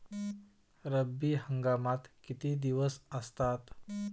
रब्बी हंगामात किती दिवस असतात?